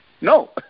No